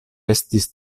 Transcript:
estis